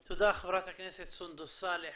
תודה, חברת הכנסת סונדוס סאלח.